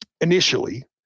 initially